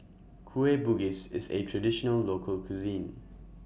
Kueh Bugis IS A Traditional Local Cuisine